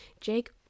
Jake